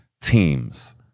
teams